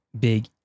big